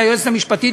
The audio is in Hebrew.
היועצת המשפטית,